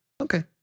Okay